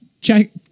check